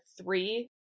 three